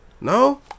No